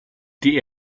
die